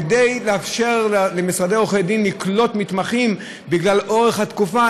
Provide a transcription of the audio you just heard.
כדי לאפשר למשרדי עורכי דין לקלוט מתמחים בגלל אורך התקופה,